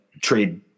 trade